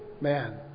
man